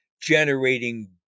generating